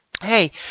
Hey